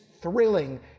thrilling